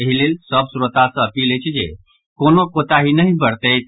एहिलेल सभ श्रोता सॅ अपील अछि जे कोनो कोताही नहि बरतैथ